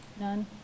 None